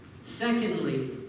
Secondly